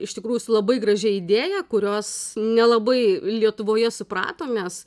iš tikrųjų su labai gražia idėja kurios nelabai lietuvoje suprato nes